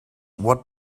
what